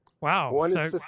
Wow